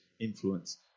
influence